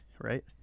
Right